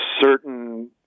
certain